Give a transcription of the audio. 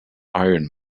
iron